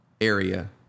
area